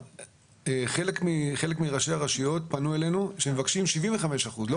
חלק מראשי הרשויות פנו אלינו וביקשו 75 אחוזים ואמרו